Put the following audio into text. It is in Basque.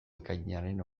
ekainaren